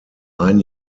ein